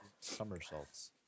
somersaults